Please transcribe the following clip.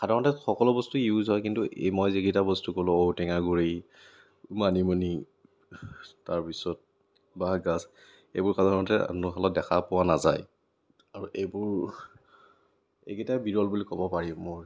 সাধাৰণতে সকলো বস্তু ইউজ হয় কিন্তু মই যিকেইটা বস্তু কলো ঔটেঙা গুড়ি মানিমুনি তাৰপিছত বাঁহগাজ এইবোৰ সাধাৰণতে ৰান্ধনীশালত দেখা পোৱা নাযায় আৰু এইবোৰ এইকেটাই বিৰল বুলি ক'ব পাৰি মোৰ